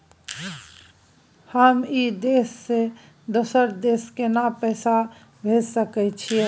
हम ई देश से दोसर देश केना पैसा भेज सके छिए?